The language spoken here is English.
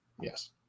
yes